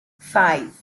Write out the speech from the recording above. five